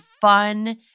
fun